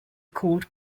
called